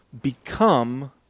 become